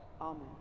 Amen